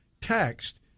text